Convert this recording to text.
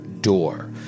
door